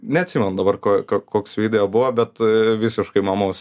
neatsimenu dabar ko koks video buvo bet visiškai mamos